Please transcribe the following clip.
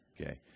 Okay